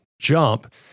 jump